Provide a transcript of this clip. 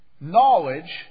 knowledge